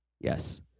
Yes